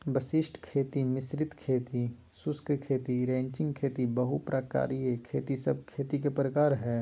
वशिष्ट खेती, मिश्रित खेती, शुष्क खेती, रैचिंग खेती, बहु प्रकारिय खेती सब खेती के प्रकार हय